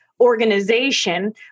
organization